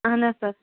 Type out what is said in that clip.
اہن حظ سَر